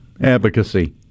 advocacy